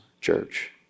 church